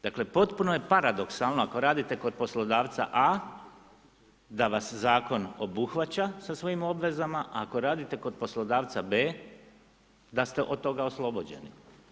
Dakle, potpuno je paradoksalno ako radite kod poslodavca A da vas zakon obuhvaća sa svojim obvezama a ako radite kod poslodavca B da ste od toga oslobođeni.